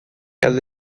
ela